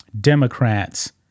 Democrats